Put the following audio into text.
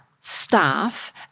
staff